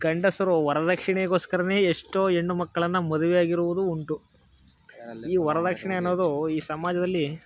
ಗಂಡಸರು ವರ್ದಕ್ಷಿಣೆಗೋಸ್ಕರವೇ ಎಷ್ಟೋ ಹೆಣ್ಣು ಮಕ್ಕಳನ್ನ ಮದುವೆ ಆಗಿರುವುದು ಉಂಟು ಈ ವರ್ದಕ್ಷಿಣೆ ಅನ್ನೋದು ಈ ಸಮಾಜದಲ್ಲಿ